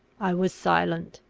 i was silent.